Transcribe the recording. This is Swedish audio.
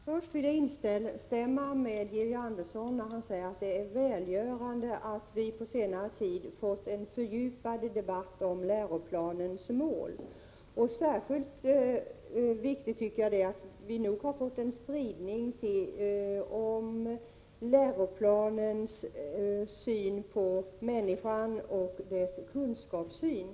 Herr talman! Först vill jag instämma i Georg Anderssons uttalande om att det är välgörande att vi på senare tid fått en fördjupad debatt om läroplanens mål. Särskilt viktigt tycker jag att det är att vi har fått spridning av läroplanens syn på människan och hennes kunskapssyn.